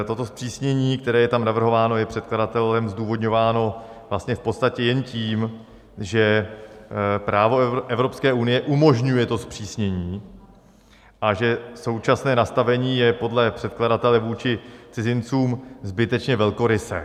Toto zpřísnění, které je tam navrhováno, je předkladatelem zdůvodňováno vlastně v podstatě jen tím, že právo Evropské unie umožňuje to zpřísnění a že současné nastavení je podle předkladatele vůči cizincům zbytečně velkorysé.